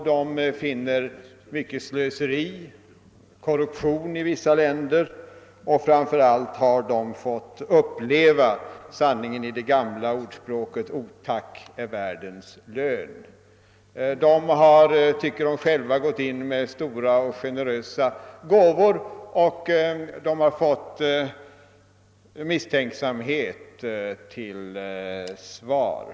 De finner mycket slöseri och korruption i vissa länder, och framför allt har de fått uppleva sanningen i det gamla ordspråket »Otack är världens lön.« De har, tycker de själva, gått in med stora och generösa gåvor, och de har fått misstänksamhet till svar.